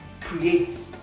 create